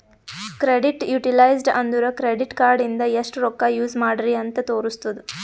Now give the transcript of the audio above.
credit utilized ಅಂದುರ್ credit card ಇಂದ ಎಸ್ಟ್ ರೊಕ್ಕಾ ಯೂಸ್ ಮಾಡ್ರಿ ಅಂತ್ ತೋರುಸ್ತುದ್